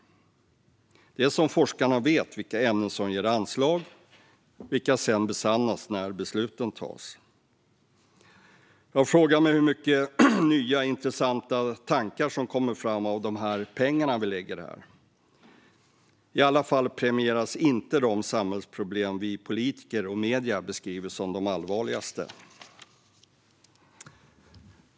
Det är som om forskarna vet vilka ämnen som ger anslag, vilket sedan besannas när besluten tas. Jag frågar mig hur mycket nya, intressanta tankar som kommer fram av de pengar vi lägger här. I alla fall premieras inte de samhällsproblem vi politiker och medierna beskriver som de allvarligaste.